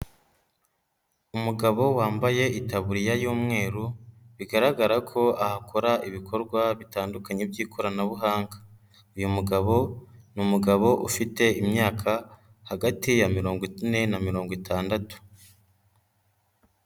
Umugabo wambaye itabiriya y'umweru bigaragara ko ahakora ibikorwa bitandukanye by'ikoranabuhanga. Uyu mugabo nigabo ufite imyaka hagati ya mirongo ine na mirongo itandatu.